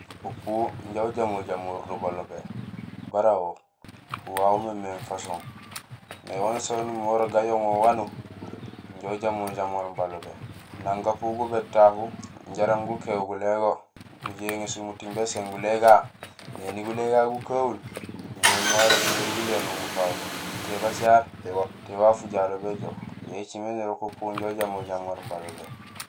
Upu inja ujamor jamoor do balobé bara wo. Upu wawu umémééŋ façon, mais wanusaan waan umimé gayooŋ wo wanuur, inja ujamor jamoor balobé. Nang gapu gubéét tahu jaraam gukééw gulégo, gojoow éŋésul muting béséén gulé gá, éni gulé ga gukahul, inja amiir arok déru guléhoom gukawulo. Té bacar, té waaf ujalo béjook. Yo écimé nirok inja ujamor jamoor balobé.